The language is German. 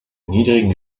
niedrigen